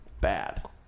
bad